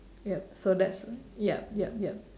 yup so that's yup yup yup